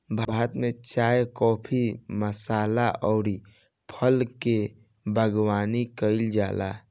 भारत में चाय, काफी, मसाला अउरी फल के बागवानी कईल जाला